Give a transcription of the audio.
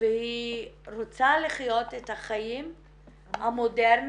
והיא רוצה לחיות את החיים המודרניים,